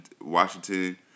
Washington